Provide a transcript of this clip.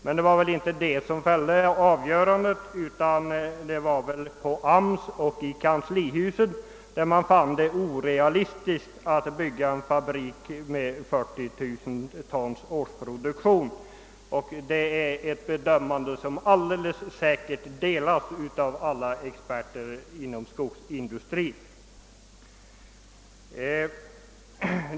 Men det var väl inte detta som fällde avgörandet, utan AMS och kanslihuset fann det orealistiskt att bygga en fabrik med 40 000 tons årsproduktion. Det är ett bedömande som alldeles säkert delas av alla experter inom skogsindustrin.